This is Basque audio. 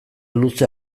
luze